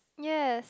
yes